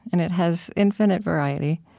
and it has infinite variety,